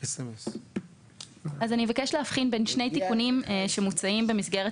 אני אבקש להבחין בין שני תיקונים שמוצעים במסגרת